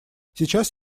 сейчас